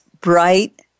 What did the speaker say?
bright